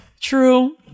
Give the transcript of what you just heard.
True